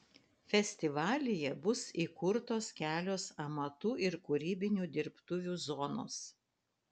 festivalyje bus įkurtos kelios amatų ir kūrybinių dirbtuvių zonos